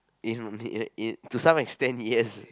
in uh need in to some extent yes